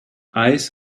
eis